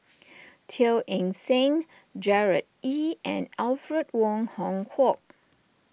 Teo Eng Seng Gerard Ee and Alfred Wong Hong Kwok